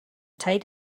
tight